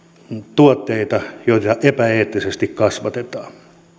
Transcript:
tuotteita joita epäeettisesti kasvatetaan